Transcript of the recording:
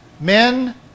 men